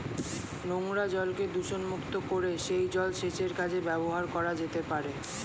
নোংরা জলকে দূষণমুক্ত করে সেই জল সেচের কাজে ব্যবহার করা যেতে পারে